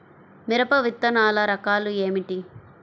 మిరప విత్తనాల రకాలు ఏమిటి?